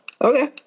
Okay